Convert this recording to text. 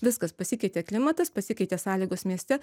viskas pasikeitė klimatas pasikeitė sąlygos mieste